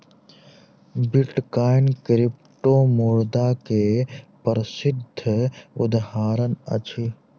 bitcoin क्रिप्टोमुद्रा के प्रसिद्ध उदहारण अछि